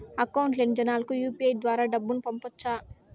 Account లేని జనాలకు UPI ద్వారా డబ్బును పంపొచ్చా?